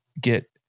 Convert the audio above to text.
get